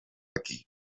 aquí